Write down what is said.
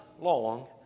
long